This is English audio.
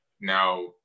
now